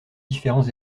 différents